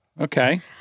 Okay